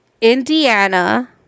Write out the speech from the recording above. Indiana